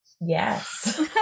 Yes